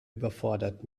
überfordert